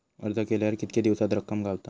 अर्ज केल्यार कीतके दिवसात रक्कम गावता?